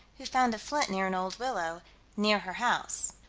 who found a flint near an old willow near her house.